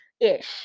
Ish